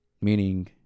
meaning